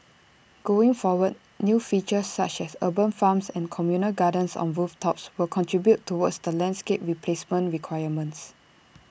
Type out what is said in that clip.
going forward new features such as urban farms and communal gardens on rooftops will contribute towards the landscape replacement requirements